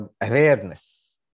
awareness